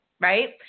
right